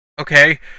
okay